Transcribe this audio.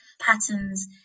patterns